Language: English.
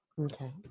Okay